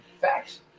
Facts